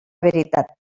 veritat